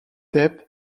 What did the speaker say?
debt